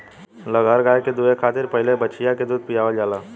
लगहर गाय के दूहे खातिर पहिले बछिया के दूध पियावल जाला